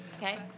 Okay